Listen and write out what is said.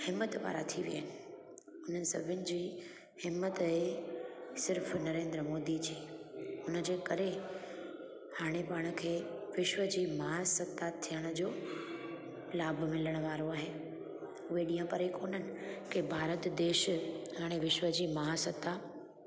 हिंमत वारा थी विया आहिनि हुन सभिनी जी हिंमत आहे सिर्फ़ु नरेन्द्र मोदीअ जी हुनजे करे हाणे पाण खे विश्व जी महासत्ता थियण जो लाभ मिलण वारो आहे उहे ॾींहं परे कोन्हनि की भारत देश हाणे विश्व जी महासत्ता